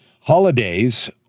holidays